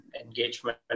engagement